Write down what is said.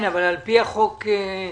אבל לפי החוק,